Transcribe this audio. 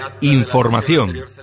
Información